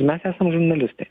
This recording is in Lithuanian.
mes esam žurnalistai